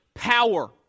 Power